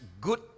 good